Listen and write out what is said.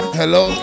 hello